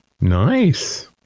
Nice